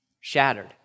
shattered